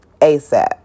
ASAP